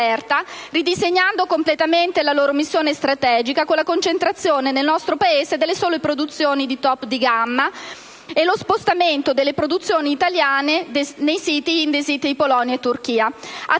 ridisegnando completamente la loro missione strategica con la concentrazione nel nostro Paese delle sole produzioni di *top* di gamma e lo spostamento delle produzioni italiane nei siti Indesit in Polonia e Turchia.